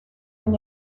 den